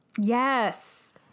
Yes